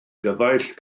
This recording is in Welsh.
gyfaill